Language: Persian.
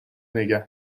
نگه